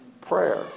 prayer